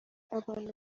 abantu